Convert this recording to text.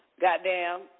goddamn